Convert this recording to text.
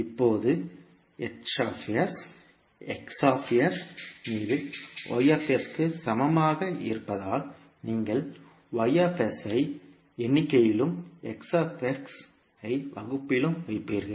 இப்போதுH X மீது Y க்கு சமமாக இருப்பதால் நீங்கள் Y ஐ எண்ணிக்கையிலும் X ஐ வகுப்பிலும் வைப்பீர்கள்